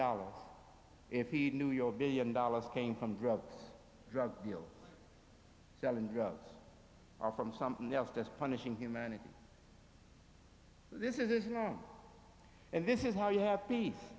dollars if he knew your billion dollars came from drug drug dealers selling drugs are from something else that's punishing humanity this is going on and this is how you have